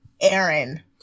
Aaron